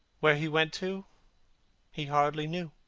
where he went to he hardly knew.